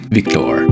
Victor